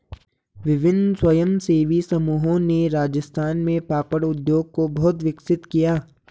विभिन्न स्वयंसेवी समूहों ने राजस्थान में पापड़ उद्योग को बहुत विकसित किया